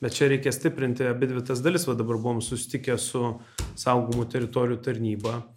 bet čia reikia stiprinti abidvi tas dalis va dabar buvom susitikę su saugomų teritorijų tarnyba